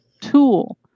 tool